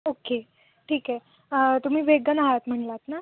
okay ठीक आहे तुम्ही वेगन आहात म्हणालात ना